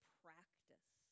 practice